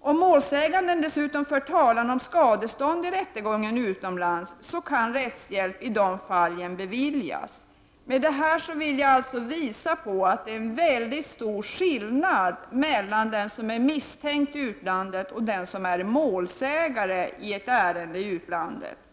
Om målsäganden dessutom för talan om skadestånd i rättegång utomlands, kan rättshjälp i det fallet beviljas. Med det här vill jag visa på att det är väldigt stor skillnad mellan den som är misstänkt i utlandet och den som är målsägande i ett ärende i utlandet.